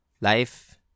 life